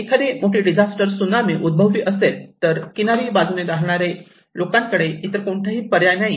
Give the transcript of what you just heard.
एखादी मोठी disaster tsunami उद्भवली असेल तर किनारी बाजूने राहणारे लोकांकडे इतर कोणताही पर्याय नाही